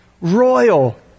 royal